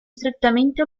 strettamente